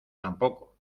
tampoco